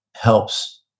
helps